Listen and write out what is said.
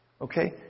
Okay